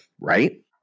right